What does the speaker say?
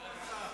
איפה שר-העל?